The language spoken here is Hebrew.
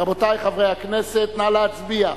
רבותי חברי הכנסת, נא להצביע.